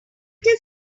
have